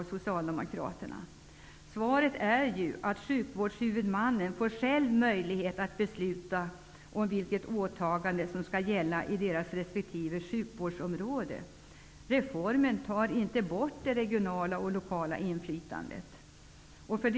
Socialdemokraterna. Svaret är ju att sjukvårdshuvudmannen själv får möjlighet att besluta om vilket åtagande som skall gälla i det resp. sjukvårdsområdet. Reformen tar inte bort det regionala och lokala inflytandet.